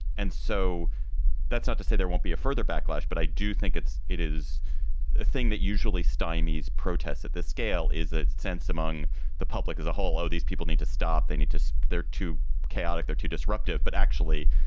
and so that's not to say there won't be a further backlash. but i do think it's it is a thing that usually stymies protests at this scale is a sense among the public as a whole. oh, these people need to stop. they need to. so they're too chaotic. they're too disruptive. but actually,